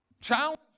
challenge